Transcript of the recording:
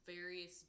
various